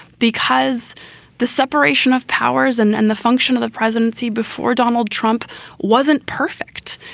because the separation of powers and and the function of the presidency before donald trump wasn't perfect.